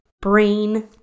brain